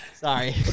Sorry